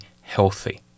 healthy